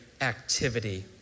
activity